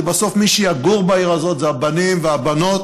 כי בסוף מי שיגור בעיר הזאת זה הבנים והבנות